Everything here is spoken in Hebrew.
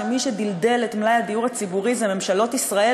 שמי שדלדל את מלאי הדיור הציבורי זה ממשלות ישראל,